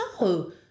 No